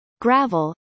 gravel